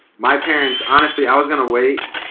my parents, honestly i was gonna wait.